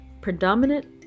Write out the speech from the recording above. Predominant